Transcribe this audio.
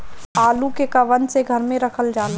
आलू के कवन से घर मे रखल जाला?